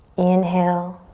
inhale,